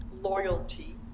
loyalty